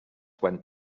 went